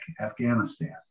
Afghanistan